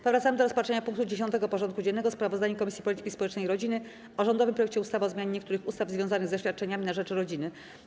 Powracamy do rozpatrzenia punktu 10. porządku dziennego: Sprawozdanie Komisji Polityki Społecznej i Rodziny o rządowym projekcie ustawy o zmianie niektórych ustaw związanych ze świadczeniami na rzecz rodziny.